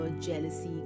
jealousy